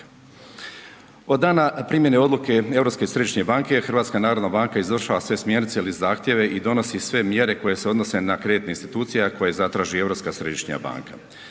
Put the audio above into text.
Od dana primjene odluke Europske središnje banke HNB izvršava sve smjernice ili zahtjeve i donosi sve mjere koje se odnose na kreditne institucije, a koje zatraži Europska središnja banka.